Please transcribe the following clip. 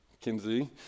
Kinsey